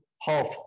half